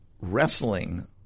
wrestling